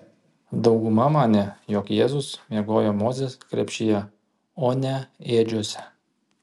dauguma manė jog jėzus miegojo mozės krepšyje o ne ėdžiose